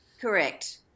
Correct